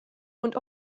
und